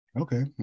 okay